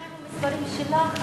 גם עם המספרים שלך,